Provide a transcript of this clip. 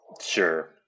Sure